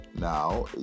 now